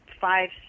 five